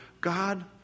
God